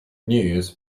news